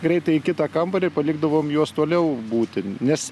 greitai į kitą kambarį palikdavom juos toliau būti nes